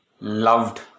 loved